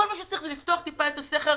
שצריך זה לפתוח מעט את הסכר,